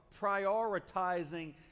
prioritizing